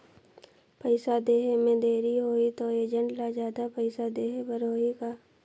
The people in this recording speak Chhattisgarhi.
पइसा देहे मे देरी होही तो एजेंट ला जादा पइसा देही बर होही का?